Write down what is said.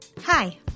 Hi